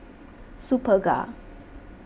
Superga